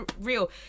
real